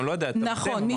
נכון.